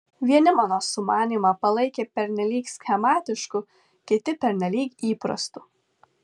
vieni mano sumanymą palaikė pernelyg schematišku kiti pernelyg įprastu